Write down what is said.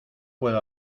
puedo